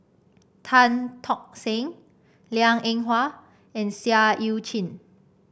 Tan Tock San Liang Eng Hwa and Seah Eu Chin